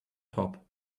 top